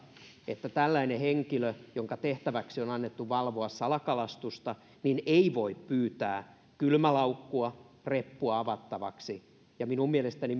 että tällainen henkilö jonka tehtäväksi on annettu valvoa salakalastusta ei voi pyytää kylmälaukkua reppua avattavaksi ja minun mielestäni